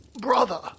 Brother